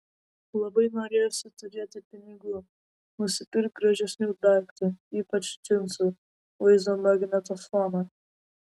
labai norėjosi turėti pinigų nusipirkti gražesnių daiktų ypač džinsų vaizdo magnetofoną